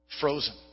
frozen